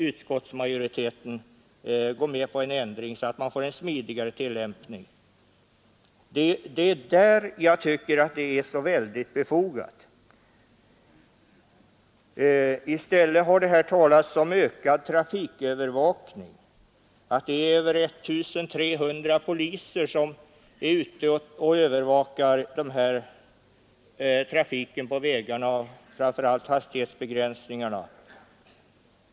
Utskottsmajoriteten vill inte gå med på en ändring så att man här får en smidigare tillämpning. Det är där jag tycker att det är väldigt befogat med en ändring. I stället har det här talats om ökad trafikövervakning och om att 1 300 poliser är ute och övervakar trafiken på vägarna, framför allt med tanke på hastighetsbegränsningarna.